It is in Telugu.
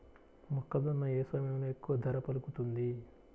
మొక్కజొన్న ఏ సమయంలో ఎక్కువ ధర పలుకుతుంది?